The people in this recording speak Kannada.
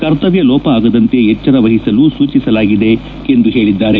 ಕರ್ತವ್ಯಲೋಪ ಆಗದಂತೆ ಎಚ್ಚರವಹಿಸಲು ಸೂಚಿಸಲಾಗಿದೆ ಎಂದು ಹೇಳದ್ದಾರೆ